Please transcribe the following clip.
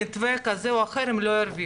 במתווה כזה או אחר הם לא ירוויחו,